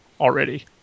already